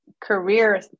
Career